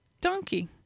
donkey